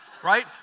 right